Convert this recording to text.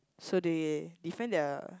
so they defend their